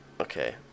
Okay